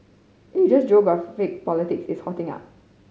Asia's is hotting up